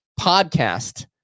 podcast